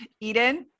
Eden